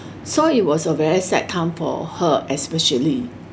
so it was a very sad time for her especially